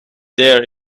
there